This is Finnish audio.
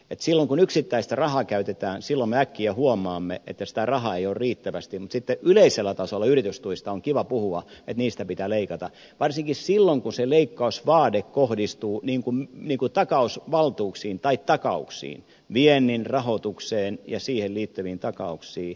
eli silloin kun yksittäistä rahaa käytetään me äkkiä huomaamme että sitä rahaa ei ole riittävästi mutta sitten yleisellä tasolla yritystuista on kiva puhua että niistä pitää leikata varsinkin silloin kun se leikkausvaade kohdistuu takausvaltuuksiin tai takauksiin viennin rahoitukseen ja siihen liittyviin takauksiin